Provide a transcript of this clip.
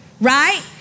Right